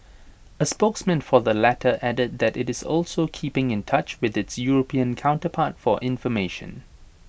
A spokesman for the latter added that IT is also keeping in touch with its european counterpart for information